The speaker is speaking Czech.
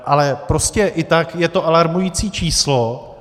Ale prostě i tak je to alarmující číslo.